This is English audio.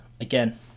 Again